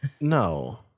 No